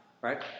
right